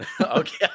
okay